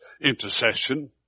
intercession